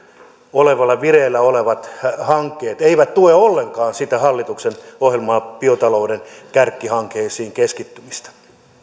vireillä olevat hankkeet eivät tue ollenkaan sitä hallituksen ohjelmaa biotalouden kärkihankkeisiin keskittymisestä